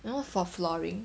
you know for flooring